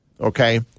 okay